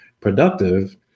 productive